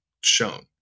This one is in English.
shown